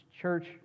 church